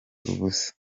ubusa